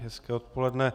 Hezké odpoledne.